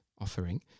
offering